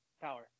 Power